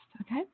okay